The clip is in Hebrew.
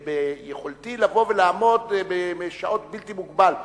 ביכולתי לבוא ולעמוד מספר שעות בלתי מוגבל,